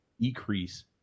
decrease